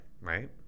right